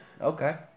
Okay